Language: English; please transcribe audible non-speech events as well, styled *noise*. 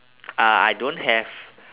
*noise* uh I don't have